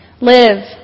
Live